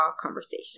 conversation